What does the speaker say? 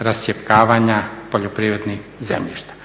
rascjepkavanja poljoprivrednih zemljišta.